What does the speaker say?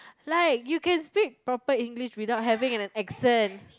like you can speak proper English without having an accent